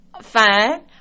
fine